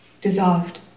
dissolved